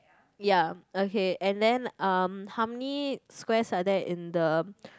ya okay and then how many squares are there in the